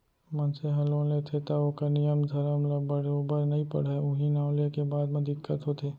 मनसे हर लोन लेथे तौ ओकर नियम धरम ल बरोबर नइ पढ़य उहीं नांव लेके बाद म दिक्कत होथे